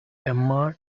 emma